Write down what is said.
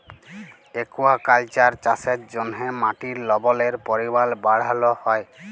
aquaculture চাষের জ্যনহে মাটির লবলের পরিমাল বাড়হাল হ্যয়